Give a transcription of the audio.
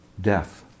Death